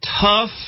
tough